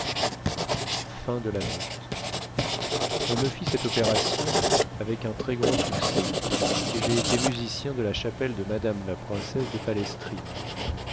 on me fit cette opération avec un très grand succès et j'ai été musicien de la chapelle de madame la princesse de palestrine